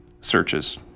searches